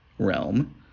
realm